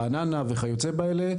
רעננה וכיוצא באלה,